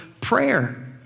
prayer